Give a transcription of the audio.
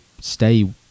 stay